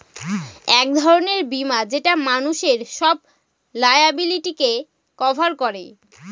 এক ধরনের বীমা যেটা মানুষের সব লায়াবিলিটিকে কভার করে